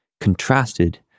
contrasted